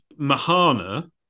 Mahana